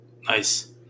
Nice